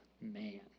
man